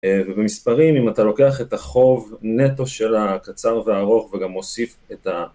ובמספרים אם אתה לוקח את החוב נטו של הקצר והארוך וגם מוסיף את ה...